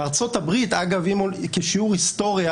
בארצות הברית כשיעור היסטוריה